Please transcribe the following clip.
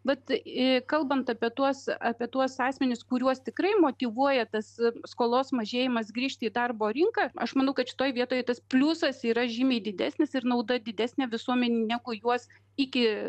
bet kalbant apie tuos apie tuos asmenis kuriuos tikrai motyvuoja tas skolos mažėjimas grįžti į darbo rinką aš manau kad šitoj vietoje tas pliusas yra žymiai didesnis ir nauda didesnė visuomenei negu juos iki